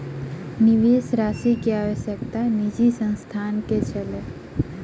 निवेश राशि के आवश्यकता निजी संस्थान के छल